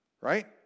Right